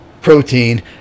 protein